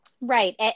Right